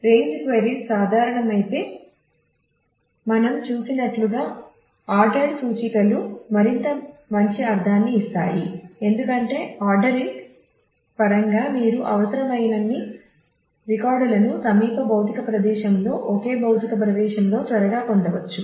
range queries సాధారణమైతే మనం చూసినట్లుగా ఆర్డెర్డ్ సూచికలు మరింత మంచి అర్ధాన్ని ఇస్తాయి ఎందుకంటే ఆర్డరింగ్ పరంగా మీరు అవసరమైన అన్ని రికార్డులను సమీప భౌతిక ప్రదేశంలో ఒకే భౌతిక ప్రదేశంలో త్వరగా పొందవచ్చు